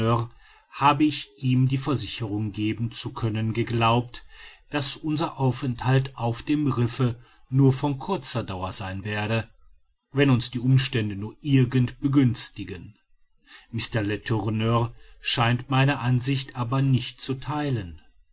habe ich ihm die versicherung geben zu können geglaubt daß unser aufenthalt auf dem riffe nur von kurzer dauer sein werde wenn uns die umstände nur irgend begünstigen mr letourneur scheint meine ansicht aber nicht zu theilen